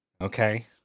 Okay